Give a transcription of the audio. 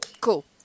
Cool